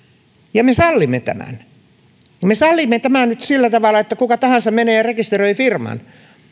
ja me sallimme tämän me sallimme tämän nyt sillä tavalla että kuka tahansa menee ja rekisteröi firman